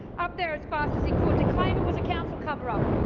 up there as fast as he could, to claim it was a council cover-up.